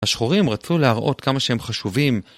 השחורים רצו להראות כמה שהם חשובים.